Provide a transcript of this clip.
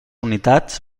unitats